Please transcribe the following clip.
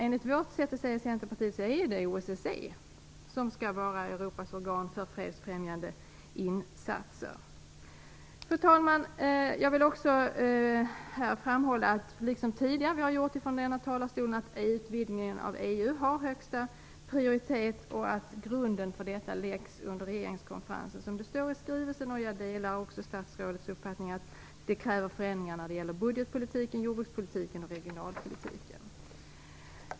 Enligt Centerpartiets syn är det OSSE som skall vara Europas organ för fredsfrämjande insatser. Fru talman! Utvidgningen av EU har högsta prioritet, och grunden för en utvidgning läggs under regeringskonferensen, som det står i skrivelsen. Jag delar också statsrådets uppfattning att det kräver förändringar när det gäller budgetpolitiken, jordbrukspolitiken och regionalpolitiken.